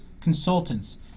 consultants